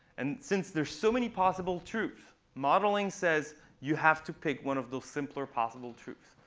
and since there are so many possible truths, modeling says you have to pick one of the simpler possible truths,